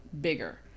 bigger